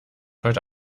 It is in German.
heute